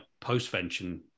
postvention